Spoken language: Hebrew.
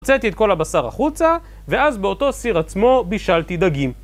הוצאתי את כל הבשר החוצה, ואז באותו סיר עצמו בישלתי דגים.